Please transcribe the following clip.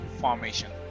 formation